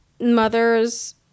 mother's